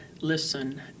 listen